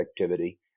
activity